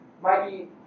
Mikey